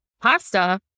pasta